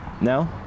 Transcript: No